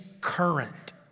current